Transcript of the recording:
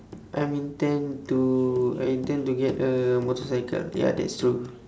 I intend to I intend to get a motorcycle ya that's true